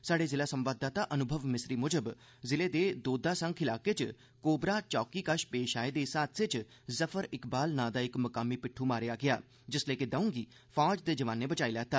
स्हाड़े ज़िला संवाददाता अनुभव मिसरी मुजब ज़िले दे दोदा संख इलाके च कोबरा चोकी कश पेश आए दे इस हादसे च जुफर इकबाल नां दा इक मकामी पिट्ठू मारेआ गेआ जिसलै कि द'ऊं गी फौज दे जवानें बचाई लैता